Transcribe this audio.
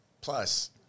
plus